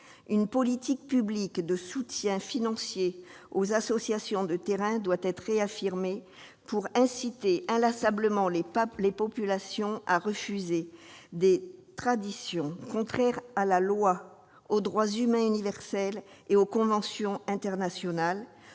Une politique publique de soutien financier aux associations de terrain doit être réaffirmée pour inciter inlassablement les populations à refuser des traditions contraires à la loi, aux droits humains universels et aux conventions internationales,